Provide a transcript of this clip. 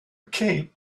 cape